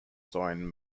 sign